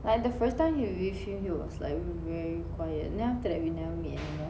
like the first time you were with him he was like very quiet then after that we never meet anymore